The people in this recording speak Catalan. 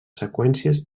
seqüències